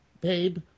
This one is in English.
Babe